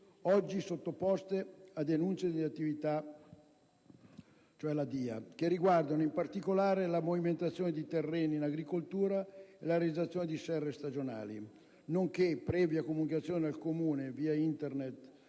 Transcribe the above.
oggi sottoposte a denuncia d'inizio attività (DIA) che riguardano, in particolare, la movimentazione di terreni in agricoltura e la realizzazione di serre stagionali, nonché, previa comunicazione al Comune via Internet